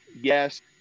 Yes